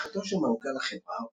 בתמיכתו של מנכ"ל החברה,